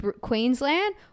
Queensland